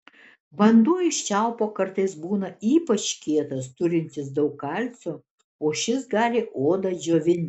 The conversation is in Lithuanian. vanduo iš čiaupo kartais būna ypač kietas turintis daug kalcio o šis gali odą džiovinti